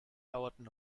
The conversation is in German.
dauerten